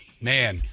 man